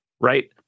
right